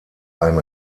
ein